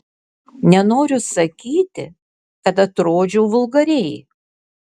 nenoriu sakyti kad atrodžiau vulgariai